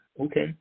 okay